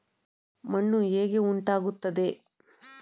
ಮಣ್ಣು ಹೇಗೆ ಉಂಟಾಗುತ್ತದೆ?